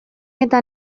eta